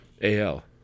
A-L